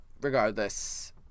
regardless